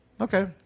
Okay